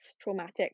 traumatic